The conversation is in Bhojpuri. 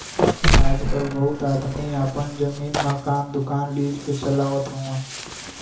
आजकल बहुत आदमी आपन जमीन, मकान, दुकान लीज पे चलावत हउअन